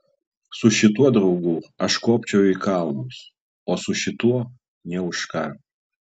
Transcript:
su šituo draugu aš kopčiau į kalnus o su šituo nė už ką